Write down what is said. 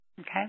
Okay